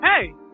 Hey